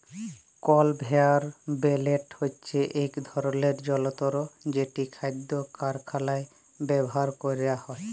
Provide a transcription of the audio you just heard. conveyor belt হছে ইক ধরলের জলতর যেট খাদ্য কারখালায় ব্যাভার ক্যরা হয়